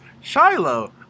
Shiloh